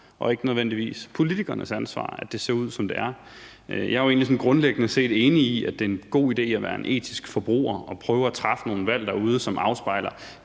og ikke nødvendigvis politikernes ansvar, at det ser ud, som det gør. Jeg er jo egentlig sådan grundlæggende enig i, at det er en god idé at være en etisk forbruger og prøve at træffe nogle valg derude, som afspejler